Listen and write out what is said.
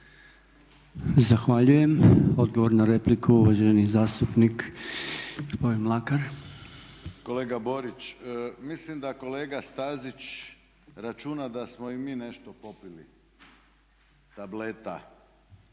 Zahvaljujem. Odgovor na repliku, uvaženi zastupnik gospodin Mlakar. **Mlakar, Davorin (HDZ)** Kolega Borić mislim da kolega Stazić računa da smo i mi nešto popili tableta